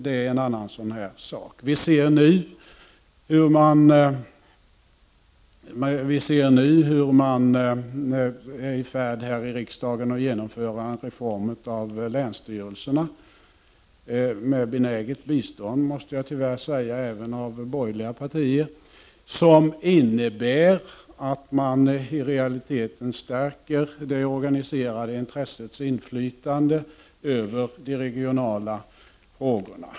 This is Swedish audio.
Det är en annan sak som borde rensas ut. Vi ser nu hur man är i färd här i riksdagen med att genomföra en reform av länsstyrelserna med benäget bistånd, måste jag tyvärr säga, även av borgerliga partier, som innebär att man i realiteten stärker det organiserade intressets inflytande över de regionala frågorna.